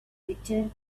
returned